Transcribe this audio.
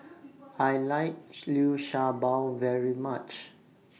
I like Liu Sha Bao very much